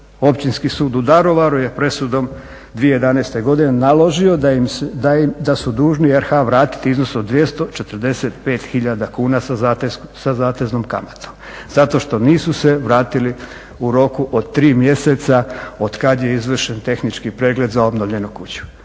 Općinski sud u Daruvaru je presudom 2011. godine naložio da im su dužni RH vratiti iznos od 245 hiljada kuna sa zateznom kamatom zato što nisu se vratili u roku od 3 mjeseca od kada je izvršen tehnički pregled za obnovljenu kuću.